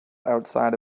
outside